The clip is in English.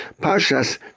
Pashas